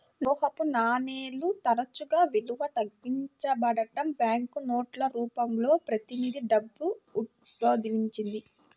లోహపు నాణేలు తరచుగా విలువ తగ్గించబడటం, బ్యాంకు నోట్ల రూపంలో ప్రతినిధి డబ్బు ఉద్భవించింది